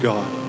God